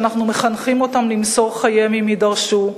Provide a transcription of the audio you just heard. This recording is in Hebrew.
שאנחנו מחנכים אותם למסור את חייהם אם יידרשו,